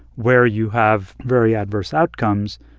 where you have very adverse outcomes,